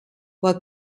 were